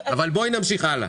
אבל בואי נמשיך הלאה.